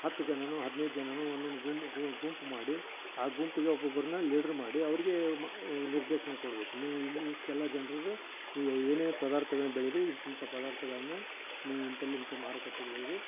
ಹತ್ತು ಜನವೋ ಹದಿನೈದು ಜನವೋ ಒಂದೊಂದು ಗುಮ್ ಗುಂಪು ಮಾಡಿ ಆ ಗುಂಪಿಗೆ ಒಬ್ಬೊಬ್ರನ್ನ ಲೀಡ್ರ್ ಮಾಡಿ ಅವ್ರಿಗೆ ಮ ನಿರ್ದೇಶನ ಕೊಡಬೇಕು ನೀವು ಇನ್ನು ಇಷ್ಟೆಲ್ಲ ಜನ್ರದ್ದು ಈಗ ಏನೇ ಪದಾರ್ಥಗಳನ್ನು ಬೆಳಿಲಿ ಇಂತಿಂಥ ಪದಾರ್ಥಗಳನ್ನು ನೀವು ಇಂತಲ್ಲಿಂದ್ ಮಾರುಕಟ್ಟೆಗೆ ಒಯ್ದು